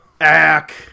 Ack